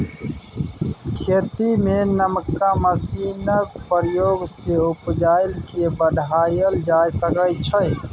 खेती मे नबका मशीनक प्रयोग सँ उपजा केँ बढ़ाएल जा सकै छै